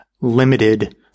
limited